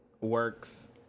works